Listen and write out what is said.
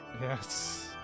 Yes